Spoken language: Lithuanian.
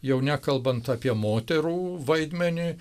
jau nekalbant apie moterų vaidmenį